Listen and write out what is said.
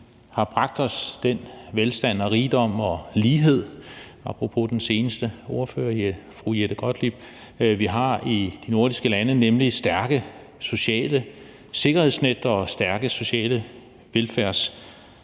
har bragt os den velstand og rigdom og lighed – apropos det, den seneste ordfører, fru Jette Gottlieb, sagde – vi har i de nordiske lande, nemlig stærke sociale sikkerhedsnet og stærke sociale velfærdssystemer.